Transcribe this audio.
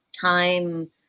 time